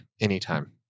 anytime